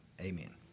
Amen